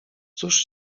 cóż